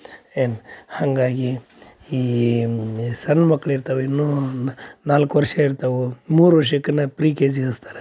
ಏನು ಹಾಗಾಗಿ ಈ ಸಣ್ಣ ಮಕ್ಕಳು ಇರ್ತವು ಇನ್ನೂ ನಾಲ್ಕು ವರ್ಷ ಇರ್ತವು ಮೂರು ವರ್ಷಕ್ಕನ ಪ್ರೀ ಕೆ ಜಿ ಸೇರಸ್ತಾರ